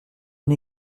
une